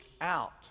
out